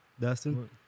Dustin